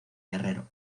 guerrero